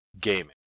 gaming